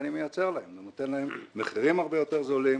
ואני מייצר להם ונותן להם מחירים הרבה יותר זולים,